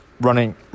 running